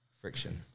friction